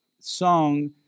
song